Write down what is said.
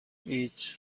هیچ